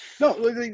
No